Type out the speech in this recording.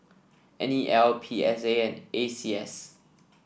N E L P S A and A C S